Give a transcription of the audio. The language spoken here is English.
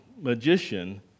magician